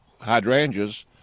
hydrangeas